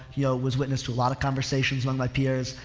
yeah was witness to a lot of conversations among my peers.